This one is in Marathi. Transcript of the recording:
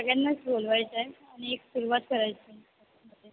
सगळ्यांनाच बोलवायचं आहे आणि एक सुरुवात करायची आहे